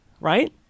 right